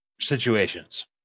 situations